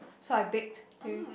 so I baked